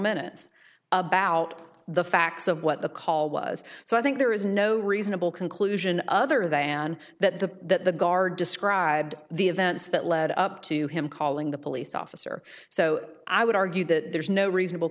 minutes about the facts of what the call was so i think there is no reasonable conclusion other than that the that the guard described the events that led up to him calling the police officer so i would argue that there is no reasonable